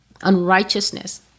Unrighteousness